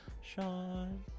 Sean